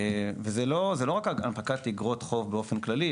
זה לא רק הנפקת אגרות חוב באופן כללי,